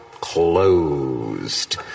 closed